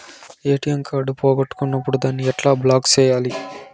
ATM card పోగొట్టుకున్నప్పుడు దాన్ని ఎట్లా బ్లాక్ సేయాలి